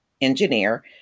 engineer